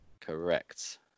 Correct